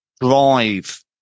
drive